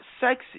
sexy